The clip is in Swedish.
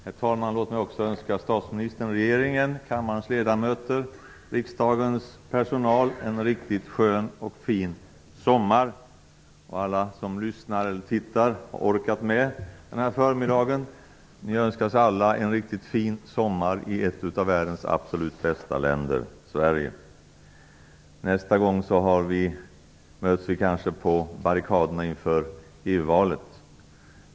Herr talman! Låt mig också önska statsministern, regeringen, kammarens ledamöter och riksdagens personal en riktigt skön och fin sommar. Alla som lyssnar eller tittar på oss och som har orkat med den här förmiddagen önskas en riktigt fin sommar i ett av världens absolut bästa länder, Sverige! Nästa gång möts vi kanske på barrikaderna inför EU-valet.